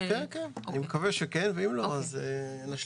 כן, אני מקווה שכן ואם לא, נשלים.